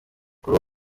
kuri